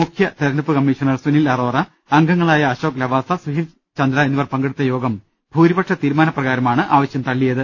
മുഖ്യ തെരഞ്ഞെടുപ്പ് കമ്മീഷണർ സുനിൽ അറോറ അംഗങ്ങളായ അശോക് ലവാസ സുശീൽ ചന്ദ്ര എന്നിവർ പങ്കെടുത്ത് യോഗം ഭൂരിപക്ഷ തീരുമാനപ്രകാരമാണ് ആവശ്യം തള്ളിയത്